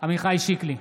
עמיחי שיקלי,